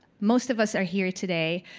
most of us are here today.